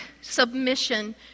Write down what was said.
submission